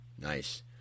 Nice